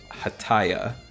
Hataya